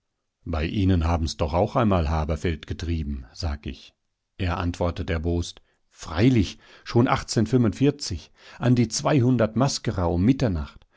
bei ihnen haben's doch auch einmal haberfeld getrieben sag ich er antwortet erbost freilich schon an die zweihundert maskerer um mitternacht